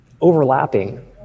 overlapping